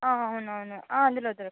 అవునవును అందులో దో